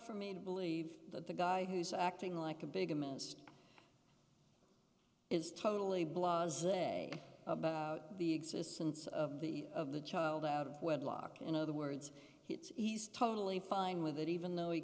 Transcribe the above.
for me to believe that the guy who's acting like a bigamous is totally blows the existence of the of the child out of wedlock in other words he's totally fine with it even though he